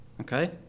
Okay